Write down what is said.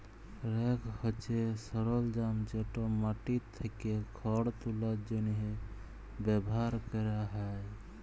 rake হছে সরলজাম যেট মাটি থ্যাকে খড় তুলার জ্যনহে ব্যাভার ক্যরা হ্যয়